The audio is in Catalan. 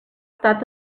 estat